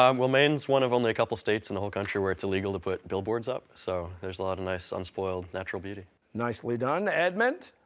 um well, maine's one of only a couple states in the whole country where it's illegal to put billboards up, so there's a lot of nice, unspoiled natural beauty. costa nicely done edmund?